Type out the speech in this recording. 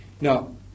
Now